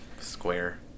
square